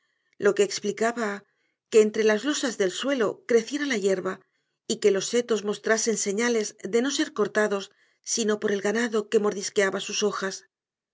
lo que explicaba que entre las losas del suelo creciera la hierba y que los setos mostrasen señales de no ser cortados sino por el ganado que mordisqueaba sus hojas